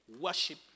worship